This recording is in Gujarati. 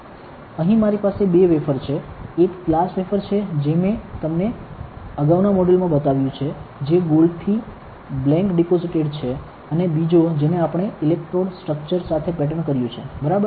અહીં મારી પાસે બે વેફર છે એક ગ્લાસ વેફર છે જે મેં તમને અગાઉના મોડ્યુલમાં બતાવ્યું છે જે ગોલ્ડ થી બ્લેંક ડિપોસિટેડ છે અને બીજો જેને આપણે ઇલેક્ટ્રોડ સ્ટ્રક્ચર સાથે પેટર્ન કર્યું છે બરાબર